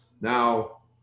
Now